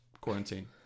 quarantine